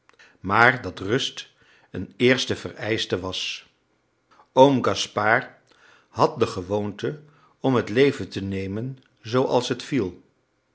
maar dat rust een eerste vereischte was oom gaspard had de gewoonte om het leven te nemen zooals het viel